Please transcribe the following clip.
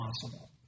possible